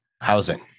housing